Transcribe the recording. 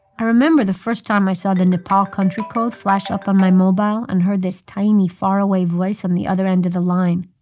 i remember the first time i saw the nepal country code flash up on my mobile and heard this tiny, faraway voice on the other end of the line.